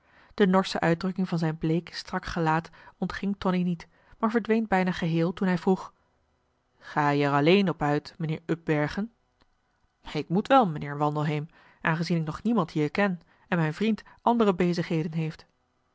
de norsche uitdrukking van zijn bleek strak gelaat ontging tonie niet maar verdween bijna geheel toen hij vroeg ga je er alleen op uit mijnheer upbergen ik moet wel mijnheer wandelheem aangezien ik nog niemand hier ken en mijn vriend andere bezigheden heeft